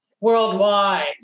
worldwide